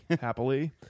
Happily